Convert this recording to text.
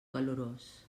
calorós